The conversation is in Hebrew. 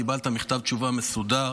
קיבלת מכתב תשובה מסודר